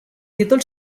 títol